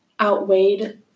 outweighed